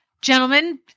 gentlemen